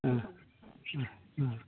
ओ ओ ओ